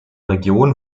region